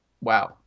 wow